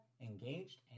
engaged